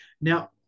now